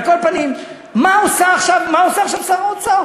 על כל פנים, מה עושה עכשיו שר האוצר?